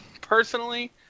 personally